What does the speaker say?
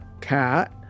cat